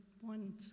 one